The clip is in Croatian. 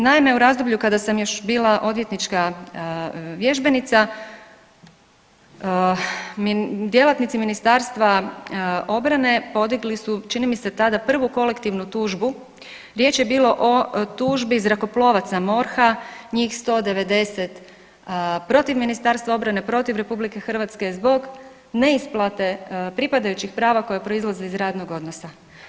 Naime, u razdoblju kada sam još bila odvjetnička vježbenica djelatnici Ministarstva obrane podigli su čini mi se tada prvu kolektivnu tužbu, riječ je bilo o tužbi zrakoplovaca MORH-a njih 190 protiv Ministarstva obrane, protiv RH, zbog neisplate pripadajućih prava koja proizlaze iz radnog odnosa.